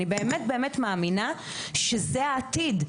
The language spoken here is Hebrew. אני באמת מאמינה שזה העתיד.